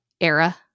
era